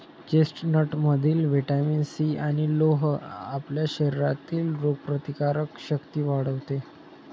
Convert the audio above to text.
चेस्टनटमधील vitamin C आणि लोह आपल्या शरीरातील रोगप्रतिकारक शक्ती वाढवते